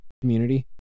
community